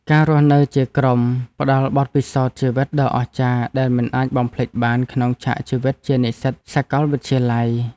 ការរស់នៅជាក្រុមផ្តល់បទពិសោធន៍ជីវិតដ៏អស្ចារ្យដែលមិនអាចបំភ្លេចបានក្នុងឆាកជីវិតជានិស្សិតសាកលវិទ្យាល័យ។